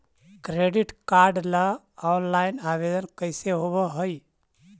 Credit card ल online आवेदन कैसे होब है?